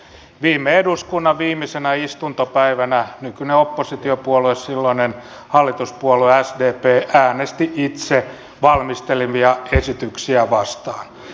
viime eduskunnan viimeisenä istuntopäivänä nykyinen oppositiopuolue silloinen hallituspuolue sdp äänesti itse valmistelemiaan esityksiä vastaan